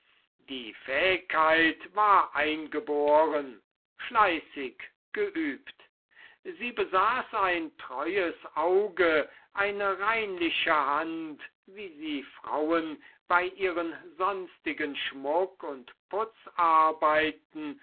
die fähigkeit war eingeboren fleißig geübt sie besaß ein treues auge eine reinliche hand wie sie frauen bei ihren sonstigen schmuck und